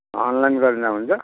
online गरिदिँदा हुन्छ